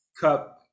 cup